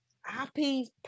happy